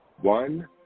one